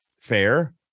fair